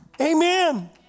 Amen